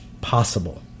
possible